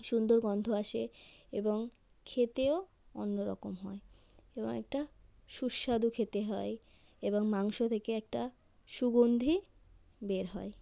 সুন্দর গন্ধ আসে এবং খেতেও অন্য রকম হয় এবং একটা সুস্বাদু খেতে হয় এবং মাংস থেকে একটা সুগন্ধি বের হয়